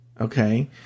okay